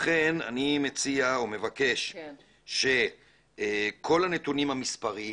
לכן אני מציע או מבקש שכל הנתונים המספריים